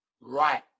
Right